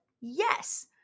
Yes